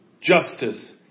Justice